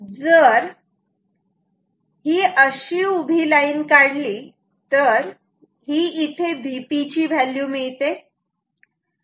जर ही अशी उभी लाईन काढली तर ही इथे Vp ची व्हॅल्यू मिळते